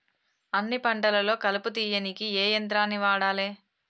అన్ని పంటలలో కలుపు తీయనీకి ఏ యంత్రాన్ని వాడాలే?